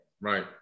Right